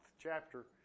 chapter